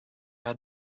had